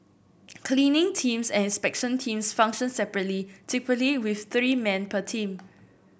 cleaning teams and inspection teams function separately typically with three men per team